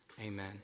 Amen